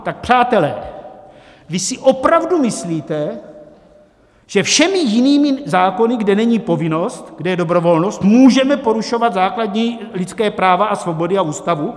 Tak přátelé, vy si opravdu myslíte, že všemi jinými zákony, kde není povinnost, kde je dobrovolnost, můžeme porušovat základní lidská práva a svobody a Ústavu?